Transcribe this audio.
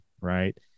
right